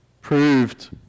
proved